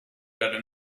dalle